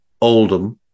Oldham